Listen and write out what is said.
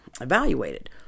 evaluated